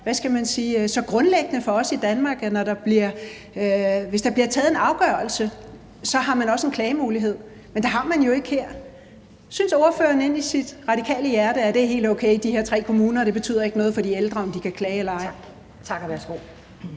hvad skal man sige, så grundlæggende for os i Danmark, at hvis der bliver truffet en afgørelse, så har man også en klagemulighed – men det har man jo ikke her. Synes ordføreren inde i sit radikale hjerte, at det er helt okay i de her tre kommuner, og at det ikke betyder noget for de ældre, om de kan klage eller ej? Kl.